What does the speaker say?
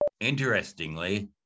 Interestingly